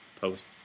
post